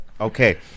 Okay